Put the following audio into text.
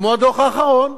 כמו הדוח האחרון.